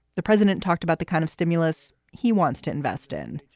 the president talked about the kind of stimulus he wants to invest in,